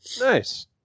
Nice